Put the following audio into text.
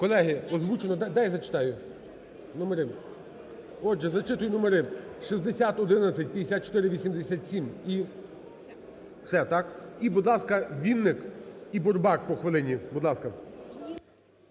Колеги, озвучено, дай я зачитаю. Номери. Отже, зачитую номери: 6011, 5487 і… Все, так? І, будь ласка, Вінник і Бурбак, по хвилині, будь ласка.